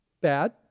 bad